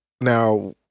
now